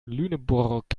lüneburg